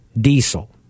diesel